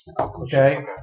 okay